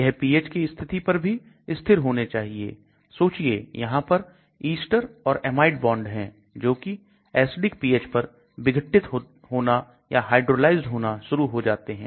यह pH की स्थिति पर भी स्थिर होने चाहिए सोचिए यहां पर Ester और Amide बांड है जो की acidic पीएच पर विघटित होना या Hydrolysed होना शुरू हो जाते हैं